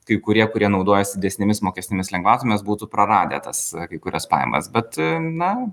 kai kurie kurie naudojasi didesnėmis mokestinėmis lengvatomis būtų praradę tas kai kurias pajamas bet na